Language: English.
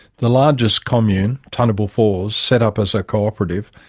the largest commune tuntable falls set up as a co-operative,